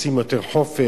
רוצים יותר חופש,